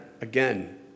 again